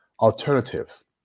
alternatives